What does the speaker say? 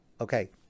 okay